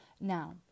Now